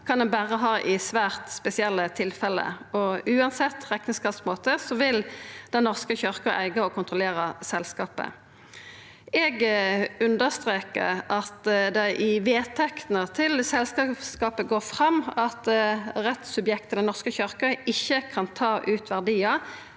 kan ein berre ha i svært spesielle tilfelle, og uansett rekneskapsmåte vil Den norske kyrkja eiga og kontrollera selskapet. Eg understrekar at det i vedtektene til selskapet går fram at rettssubjektet Den norske kyrkja ikkje kan ta ut verdiar